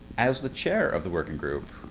as the chair of the working group,